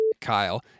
Kyle